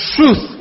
Truth